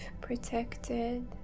protected